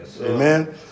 Amen